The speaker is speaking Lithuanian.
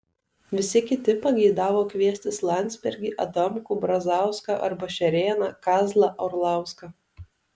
visi kiti pageidavo kviestis landsbergį adamkų brazauską arba šerėną kazlą orlauską